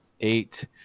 eight